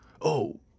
Oh